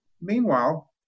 Meanwhile